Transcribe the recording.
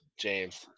James